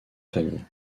famille